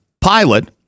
pilot